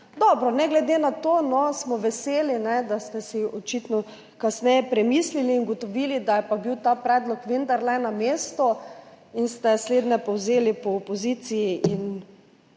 dobro, ne glede na to smo veseli, da ste si očitno kasneje premislili in ugotovili, da je bil ta predlog vendarle na mestu in ste slednje povzeli po opoziciji.